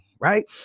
Right